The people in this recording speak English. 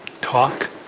talk